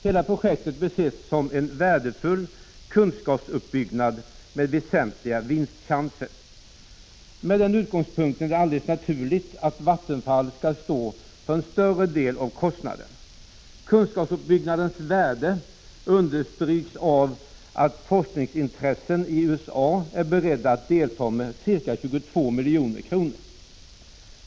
Hela projektet bör ses som en värdefull kunskapsuppbyggnad med väsentliga vinstchanser. Med den utgångspunkten är det alldeles naturligt att Vattenfall skall stå för en större del av kostnaden. Kunskapsuppbyggnadens värde understryks av att forskningsintressen i USA är beredda att delta med ca 22 milj.kr.